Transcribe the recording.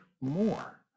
more